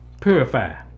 Purify